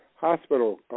hospital